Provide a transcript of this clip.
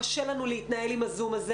קשה לנו להתנהל עם הזום הזה